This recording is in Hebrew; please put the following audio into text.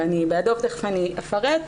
ואני בעדו ומיד אפרט,